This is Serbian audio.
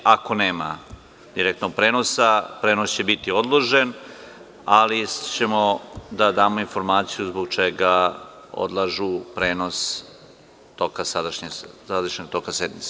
Ako nema direktnog prenosa, prenos će biti odložen, ali ćemo da damo informaciju zbog čega odlažu prenos sadašnjeg toka sednice.